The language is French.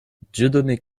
dieudonné